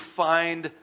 find